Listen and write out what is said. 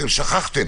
אתם שכחתם,